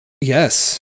yes